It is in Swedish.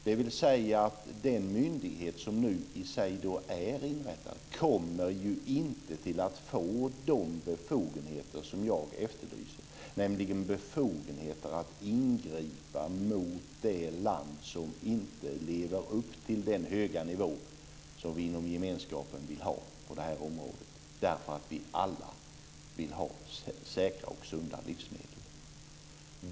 Den myndighet som nu har inrättats kommer inte att få de befogenheter jag efterlyste, att ingripa mot det land som inte lever upp till den höga nivå som vi vill ha inom gemenskapen på detta område. Vi vill ju alla ha säkra och sunda livsmedel.